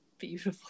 beautiful